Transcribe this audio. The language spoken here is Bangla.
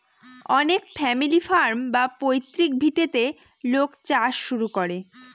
অনেক ফ্যামিলি ফার্ম বা পৈতৃক ভিটেতে লোক চাষ শুরু করে